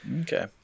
Okay